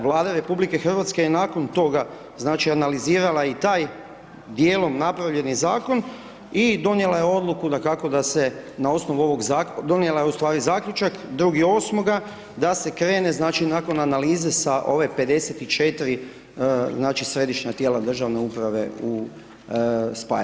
Vlada RH je nakon toga, znači, analizirala i taj, dijelom napravljeni Zakon i donijela je odluku, dakako, da se na osnovu ovog, donijela je u stvari Zaključak 2.8. da se krene, znači, nakon analize sa ove 54, znači, Središnja tijela državne uprave u spajanje.